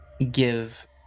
give